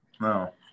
no